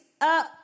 up